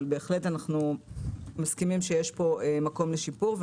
בהחלט אנו מסכימים שיש פה מקום לשיפור.